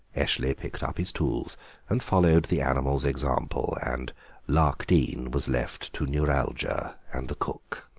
eshley packed up his tools and followed the animal's example and larkdene was left to neuralgia and the cook.